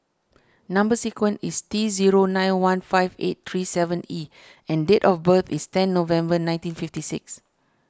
Number Sequence is T zero nine one five eight three seven E and date of birth is ten November nineteen fifty six